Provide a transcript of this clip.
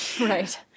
right